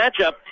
matchup